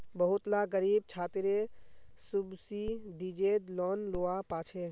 बहुत ला ग़रीब छात्रे सुब्सिदिज़ेद लोन लुआ पाछे